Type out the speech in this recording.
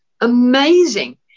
amazing